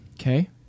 Okay